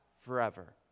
forever